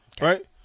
right